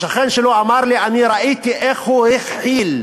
השכן שלו אמר לי, ראיתי איך הוא הכחיל,